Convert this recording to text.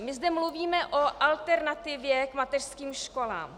My zde mluvíme o alternativě k mateřským školám.